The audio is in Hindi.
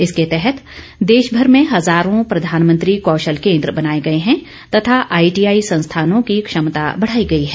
इसके तहत देशभर में हजारों प्रधानमंत्री कौशल केंद्र बनाए गए हैं तथा आईटीआई संस्थानोँ की क्षमता बढ़ाई गई है